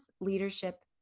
leadership